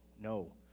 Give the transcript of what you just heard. no